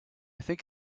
think